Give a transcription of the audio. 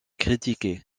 critiqué